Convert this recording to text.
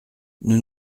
nous